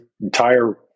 entire